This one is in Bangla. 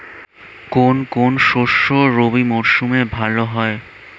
কোন কোন শস্য রবি মরশুমে ভালো হয়?